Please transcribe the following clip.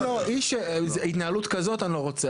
אני לא רוצה עם התנהלות כזו.